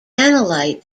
analyte